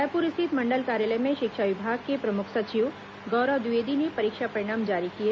रायपुर स्थित मंडल कार्यालय में शिक्षा विभाग के प्र मुख सचिव गौरव द्विवेदी ने परीक्षा परिणाम जारी किए